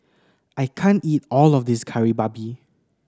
I can't eat all of this Kari Babi